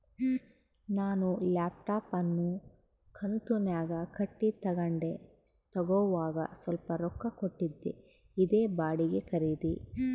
ನಾನು ಲ್ಯಾಪ್ಟಾಪ್ ಅನ್ನು ಕಂತುನ್ಯಾಗ ಕಟ್ಟಿ ತಗಂಡೆ, ತಗೋವಾಗ ಸ್ವಲ್ಪ ರೊಕ್ಕ ಕೊಟ್ಟಿದ್ದೆ, ಇದೇ ಬಾಡಿಗೆ ಖರೀದಿ